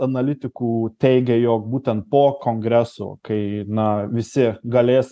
analitikų teigė jog būtent po kongreso kai na visi galės